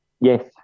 Yes